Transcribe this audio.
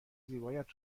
زیبایت